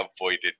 avoided